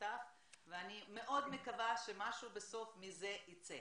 בכתב ואני מאוד מקווה שמשהו בסוף מזה ייצא.